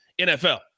NFL